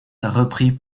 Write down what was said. reprit